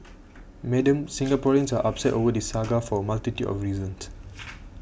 Madam Singaporeans are upset over this saga for a multitude of reasons